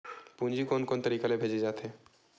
पूंजी कोन कोन तरीका ले भेजे जाथे?